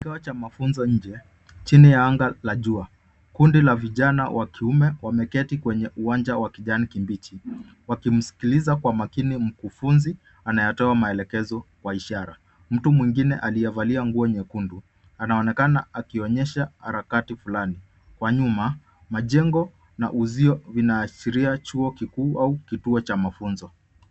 Kituo cha mafunzo nje chini ya anga la jua kundi la vijana wa kiume wamekiti kwenye uwanja wa kijani kibichi wakimsikiliza kwa makini mkufunzi anayetoa maelekezo kwa ishara. Mtu mwingine aliyevalia nyekundu anaonekana akionyesha harakati fulani kwa nyuma majengo na uzio vinaashiria chuo kikuu au kituo cha mafunzo.